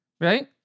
Right